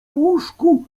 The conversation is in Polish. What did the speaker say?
łóżku